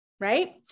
Right